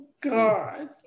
God